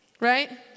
Right